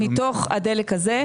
מתוך הדלק הזה,